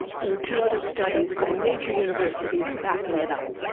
there are two other studies by major universities backing it up.